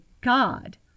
God